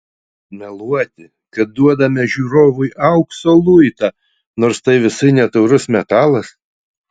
meluoti kad duodame žiūrovui aukso luitą nors tai visai ne taurus metalas